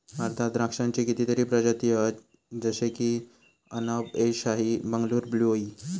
भारतात द्राक्षांची कितीतरी प्रजाती हत जशे की अनब ए शाही, बंगलूर ब्लू ई